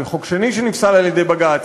וחוק שני שנפסל על-ידי בג"ץ,